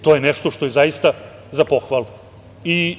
To je nešto što je zaista za pohvalu.